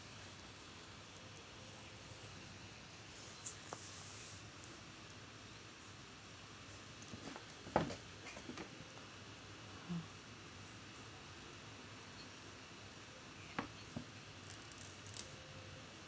mm